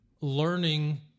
learning